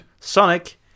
Sonic